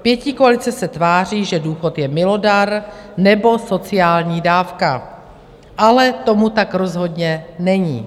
Pětikoalice se tváří, že důchod je milodar nebo sociální dávka, ale tomu tak rozhodně není.